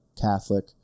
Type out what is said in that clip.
Catholic